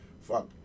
fuck